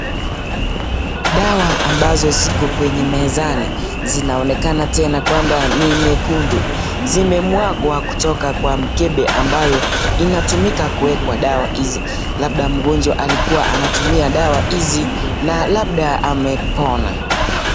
Dawa ambazo ziko kwenye mezani, zinaonekana tena kwamba ni nyekundu, zimemwagwa kutoka kwa mkebe ambayo inatumika kuekwa dawa hizi. Labda mgonjwa alikuwa anatumia dawa hizi na labda amepona.